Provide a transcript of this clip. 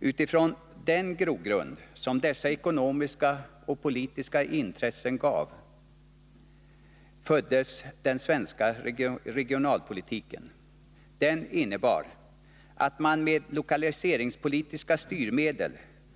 Utifrån den grogrund som dessa ekonomiska och politiska intressen gav föddes den svenska regionalpolitiken. Den innebar att man med lokaliseringspolitiska styrmedel